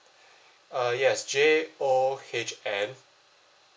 uh yes J O H N